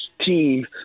team